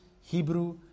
Hebrew